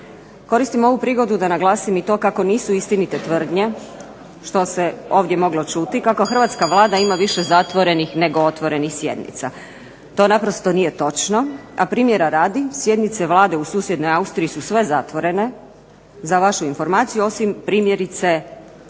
Koristim ovu prigodu da naglasim kako nisu istinite tvrdnje što se ovdje moglo čuti kako hrvatska Vlada ima više zatvorenih nego otvorenih sjednica. To naprosto nije točno, a primjera radi sjednici Vlade u susjednoj Austriji su sve zatvorene za vašu informaciju osim primjerice povodom